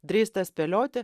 drįsta spėlioti